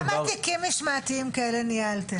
כמה תיקים משמעתיים כאלה ניהלתם?